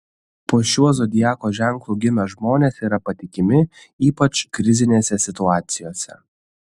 po šiuo zodiako ženklu gimę žmonės yra patikimi ypač krizinėse situacijose